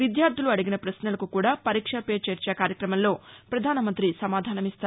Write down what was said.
విద్యార్ధులు అడిగిన పశ్నలకు కూడా పరీక్ష పే చర్చ కార్యక్రమంలో పధాన మంత్రి సమాధానమిస్తారు